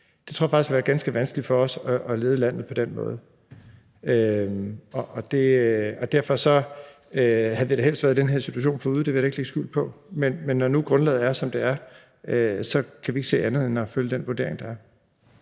Jeg tror faktisk, det ville være ganske vanskeligt for os at lede landet på den måde. Vi havde da helst været den her situation foruden – det vil jeg da ikke lægge skjul på – men når nu grundlaget er, som det er, kan vi ikke se andre muligheder end at følge den vurdering, der er